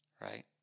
Right